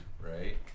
right